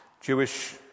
Jewish